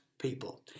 people